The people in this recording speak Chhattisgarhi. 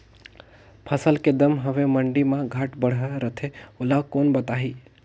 फसल के दम हवे मंडी मा घाट बढ़ा रथे ओला कोन बताही?